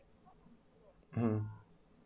um